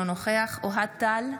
אינו נוכח אוהד טל,